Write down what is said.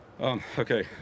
Okay